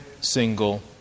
single